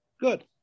Good